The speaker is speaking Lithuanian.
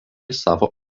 savo